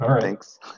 thanks